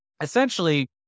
essentially